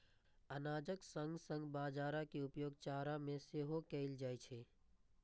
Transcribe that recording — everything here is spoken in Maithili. अनाजक संग संग बाजारा के उपयोग चारा मे सेहो कैल जाइ छै